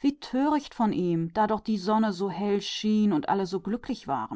wie töricht von ihm da die sonne so hell schien und jeder so glücklich war